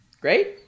great